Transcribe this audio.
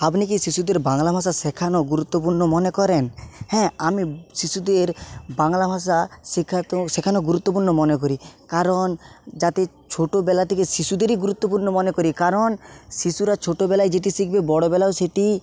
আপনি কি শিশুদের বাংলা ভাষা শেখানো গুরুত্বপূর্ণ মনে করেন হ্যাঁ আমি শিশুদের বাংলা ভাষা শেখাতো শেখানো গুরুত্বপূণ্ণো মনে করি কারণ যাতে ছোটোবেলা থেকে শিশুদেরই গুরুত্বপূর্ণ মনে করি কারণ শিশুরা ছোটোবেলায় যেটি শিখবে বড়ো বেলায়ও সেটি